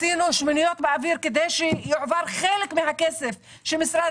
עשינו שמיניות באוויר כדי שיעבירו חלק מהכסף שמשרד